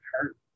hurt